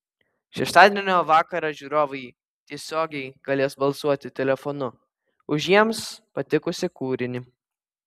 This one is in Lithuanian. šeštadienio vakarą žiūrovai tiesiogiai galės balsuoti telefonu už jiems patikusį kūrinį